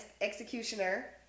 executioner